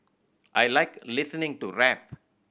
I like listening to rap